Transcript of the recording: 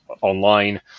online